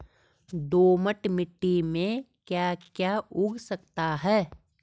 दोमट मिट्टी में म ैं क्या क्या उगा सकता हूँ?